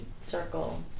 circle